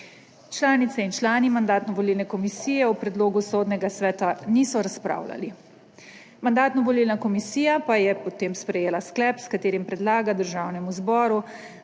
Članice in člani Mandatno-volilne komisije o predlogu Sodnega sveta niso razpravljali. Mandatno-volilna komisija pa je potem sprejela sklep, s katerim predlaga Državnemu zboru,